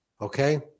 Okay